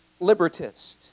libertist